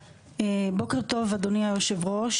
בוקר טוב אדוני יושב הראש,